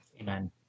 Amen